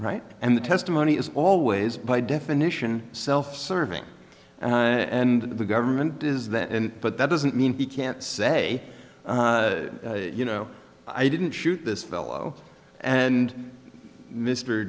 right and the testimony is always by definition self serving and the government does that but that doesn't mean he can't say you know i didn't shoot this fellow and mr